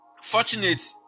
fortunate